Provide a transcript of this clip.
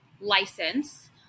license